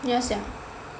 ya sia